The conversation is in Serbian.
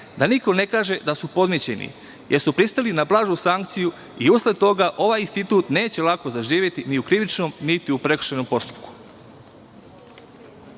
da niko ne kaže da su podmićeni, jer su pristali na blažu sankciju i usled toga ovaj institut neće lako zaživeti ni u krivičnom, niti u prekršajnom postupku.U